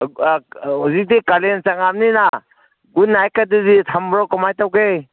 ꯍꯧꯖꯤꯛꯇꯤ ꯀꯥꯂꯦꯟ ꯆꯉꯛꯑꯝꯅꯤꯅ ꯒꯨꯠꯅꯥꯏꯠꯀꯗꯨꯗꯤ ꯊꯝꯕ꯭ꯔꯣ ꯀꯃꯥꯏꯅ ꯇꯧꯒꯦ